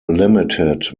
limited